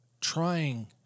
trying